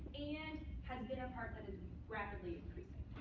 and has been a part that is rapidly increasing.